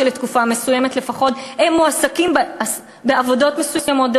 שלתקופה מסוימת לפחות הם מועסקים בעבודות מסוימות.